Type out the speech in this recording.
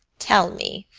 tell me,